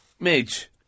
Midge